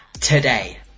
today